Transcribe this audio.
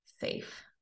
safe